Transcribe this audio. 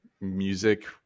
music